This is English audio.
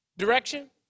direction